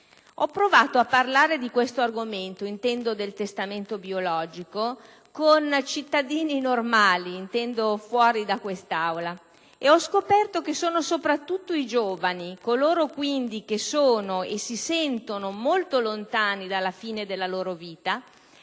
Ho provato a parlare dell'argomento del testamento biologico con cittadini normali, fuori da quest'Aula, e ho scoperto che sono soprattutto i giovani, coloro quindi che sono e si sentono molto lontani dalla fine della loro vita,